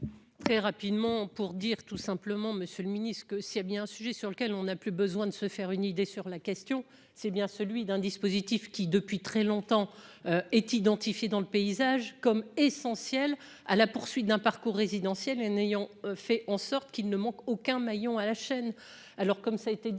Très rapidement pour dire tout simplement : Monsieur le Ministre, que s'il y a bien un sujet sur lequel on a plus besoin de se faire une idée sur la question, c'est bien celui d'un dispositif qui, depuis très longtemps est identifié dans le paysage comme essentielle à la poursuite d'un parcours résidentiel et n'ayant fait en sorte qu'il ne manque aucun maillon à la chaîne, alors, comme ça a été dit